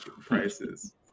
prices